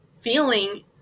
feeling